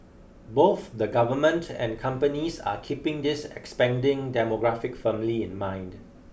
both the government and companies are keeping this expanding demographic firmly in mind